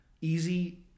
easy